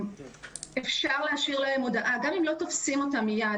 גם אם לא תופסים אותם מיד,